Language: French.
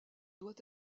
doit